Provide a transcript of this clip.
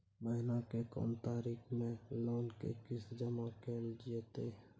महीना के कोन तारीख मे लोन के किस्त जमा कैल जेतै?